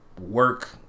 work